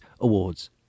Awards